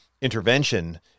intervention